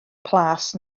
plas